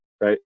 right